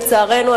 לצערנו,